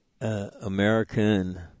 American